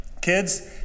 Kids